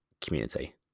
community